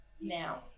Now